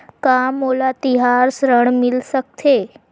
का मोला तिहार ऋण मिल सकथे?